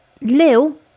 Lil